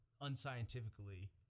unscientifically